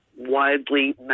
widely